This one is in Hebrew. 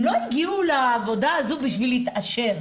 הם לא הגיעו לעבודה הזו כדי להתעשר.